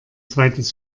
zweites